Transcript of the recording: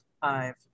Five